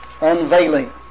Unveiling